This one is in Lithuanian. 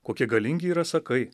kokie galingi yra sakai